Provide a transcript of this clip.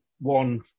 one